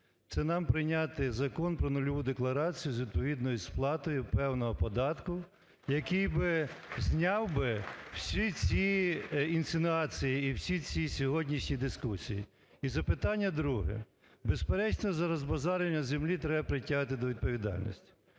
це нам прийняти Закон про нульову декларацію з відповідною сплатою певного податку, який би зняв би всі ці інсинуації і всі ці сьогоднішні дискусії? І запитання друге, безперечно, за розбазарювання землі треба притягувати до відповідальності.